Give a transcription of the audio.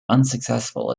unsuccessful